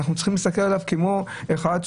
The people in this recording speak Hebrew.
אני חושב שצריך להסתכל עליו כעל מישהו